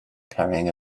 carrying